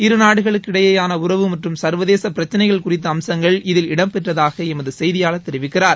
இரு நாடுகளுக்கிடையேயான உறவு மற்றும் சா்வதேச பிரச்சினைகள் குறித்த அம்சங்கள் இதில் இடம் பெற்றதாக எமது செய்தியாளர் தெரிவிக்கிறார்